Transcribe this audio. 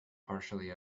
partially